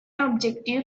objective